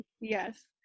yes